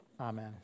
Amen